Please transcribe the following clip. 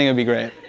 ah be great.